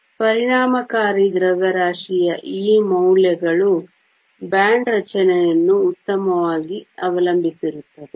21 ಆದ್ದರಿಂದ ಪರಿಣಾಮಕಾರಿ ದ್ರವ್ಯರಾಶಿಯ ಈ ಮೌಲ್ಯಗಳು ಬ್ಯಾಂಡ್ ರಚನೆಯನ್ನು ಉತ್ತಮವಾಗಿ ಅವಲಂಬಿಸಿರುತ್ತದೆ